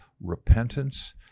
repentance